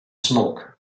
smoke